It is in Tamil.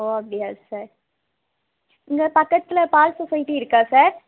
ஓ அப்படியா சார் இங்கே பக்கத்தில் பால் சொசைட்டி இருக்கா சார்